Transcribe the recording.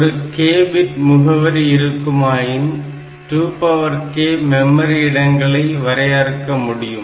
ஒரு k bit முகவரி இருக்குமாயின் 2k மெமரி இடங்களை வரையறுக்க முடியும்